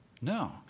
No